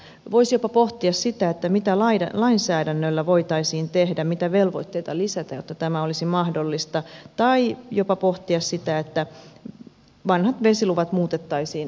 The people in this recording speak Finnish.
voisi jopa pohtia sitä mitä lainsäädännöllä voitaisiin tehdä mitä velvoitteita lisätä jotta tämä olisi mahdollista tai jopa pohtia sitä että vanhat vesiluvat muutettaisiin määräaikaisiksi